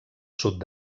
sud